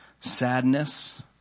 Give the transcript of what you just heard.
sadness